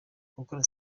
gukora